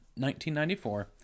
1994